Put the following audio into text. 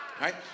Right